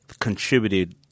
contributed